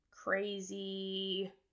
crazy